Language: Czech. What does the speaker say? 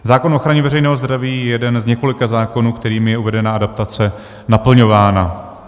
Zákon o ochraně veřejného zdraví je jeden z několika zákonů, kterým je uvedená adaptace naplňována.